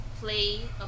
play